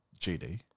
GD